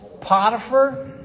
Potiphar